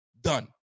done